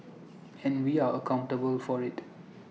and we are accountable for IT